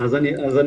אז אני אסביר,